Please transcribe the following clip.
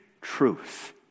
truth